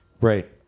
Right